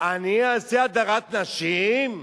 אני אעשה הדרת נשים?